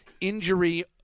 injury